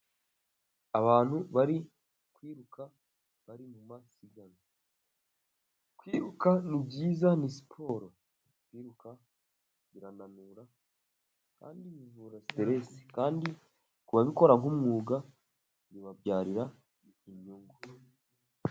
Abantu bari kwiruka bari masiganwa, kwiruka nibyiza ni siporo. kwiruka birananura kandi bivura siteresi kandi kuba babikora nk'umwuga bibabyarira inyungu.